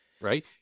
right